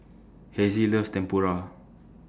Hezzie loves Tempura